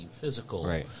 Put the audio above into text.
physical